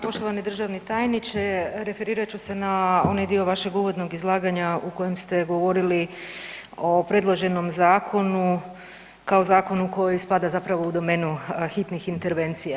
Poštivani državni tajniče, referirat ću se na onaj dio vašeg uvodnog izlaganja u kojem se govorili o predloženom zakonu kao zakonu koji spada zapravo u domenu hitnih intervencija.